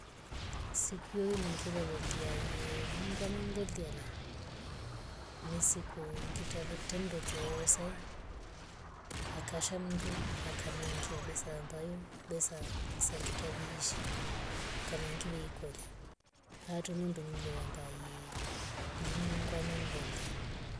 Siku yo ngilelolya yee mungu amengilolya lee ni siku ngitavetre ngangndo choose akasha mndu akaninggia besa. besa amabayo ngisangitisha vee ishi kama ngeve ikolya hatu nindungule amabye lee mungu amenglolya